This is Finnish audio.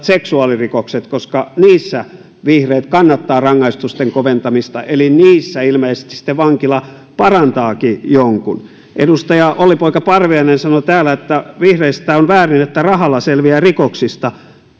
seksuaalirikokset koska niissä vihreät kannattavat rangaistusten koventamista eli niissä ilmeisesti sitten vankila parantaakin jonkun edustaja olli poika parviainen sanoi täällä että vihreistä on väärin että rahalla selviää rikoksista